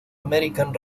american